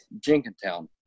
Jenkintown